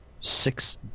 six